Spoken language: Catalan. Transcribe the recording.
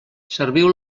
serviu